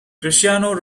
cristiano